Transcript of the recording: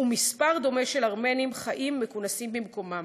ומספר דומה של ארמנים חיים מוכנסים במקומם".